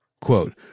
Quote